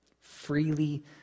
Freely